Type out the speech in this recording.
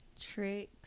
tricks